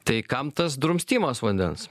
tai kam tas drumstimas vandens